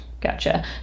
Gotcha